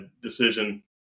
decision